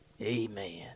Amen